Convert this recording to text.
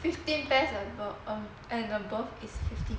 fifteen pairs and above it's fifty